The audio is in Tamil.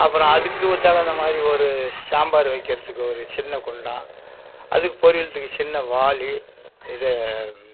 அப்புறம் அதுக்கு தகுந்த மாதிரி ஒரு சாம்பார் வைக்கிறதுக்கு ஒரு சின்ன குண்டான் அதுக்கு பொரியலுக்கு சின்ன வாளி இது